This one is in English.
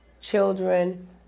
children